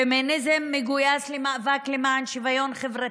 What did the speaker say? פמיניזם מגויס למאבק למען שוויון חברתי,